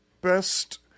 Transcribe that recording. best